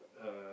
uh